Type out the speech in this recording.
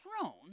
throne